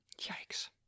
Yikes